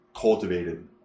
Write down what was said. cultivated